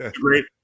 great